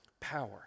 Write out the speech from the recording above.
power